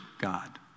God